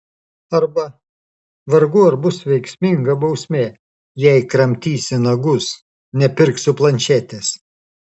arba vargu ar bus veiksminga bausmė jei kramtysi nagus nepirksiu planšetės